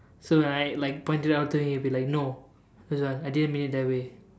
so right like point it out to him he will be like no it's like I didn't mean it that way